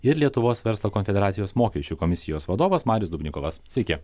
ir lietuvos verslo konfederacijos mokesčių komisijos vadovas marius dubnikovas sveiki